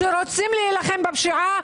שרוצים להילחם בפשיעה,